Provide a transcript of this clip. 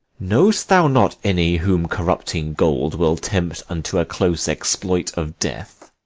know'st thou not any whom corrupting gold will tempt unto a close exploit of death?